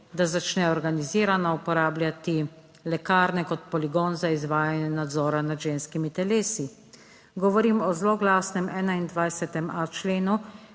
da začne organizirano uporabljati lekarne kot poligon za izvajanje nadzora nad ženskimi telesi. Govorim o zloglasnem 21.a členu,